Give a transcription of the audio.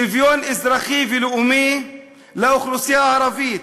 שוויון אזרחי ולאומי לאוכלוסייה הערבית,